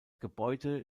gebäude